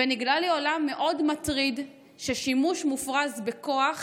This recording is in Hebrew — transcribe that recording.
ונגלה לי עולם מאוד מטריד של שימוש מופרז בכוח